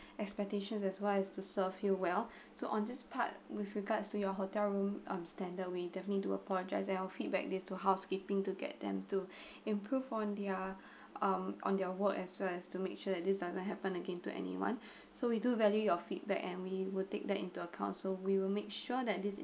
expectations as far as to serve you well so on this part with regards to your hotel room um standard we definitely do apologize and I'll feedback this to housekeeping to get them to improve on their um on their work as well as to make sure that this doesn't happen again to anyone so we do value your feedback and we will take that into account so we will make sure that this